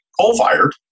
coal-fired